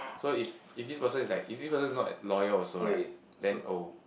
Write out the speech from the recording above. so if if this person is like if this person is not loyal also right then oh